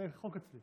זה חוק אצלי.